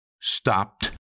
stopped